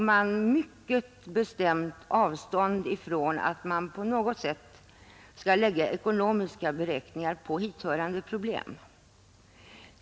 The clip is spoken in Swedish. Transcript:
Kommissionen tog mycket bestämt avstånd från att man på något sätt skall anlägga ekonomiska betraktelsesätt på hithörande problem.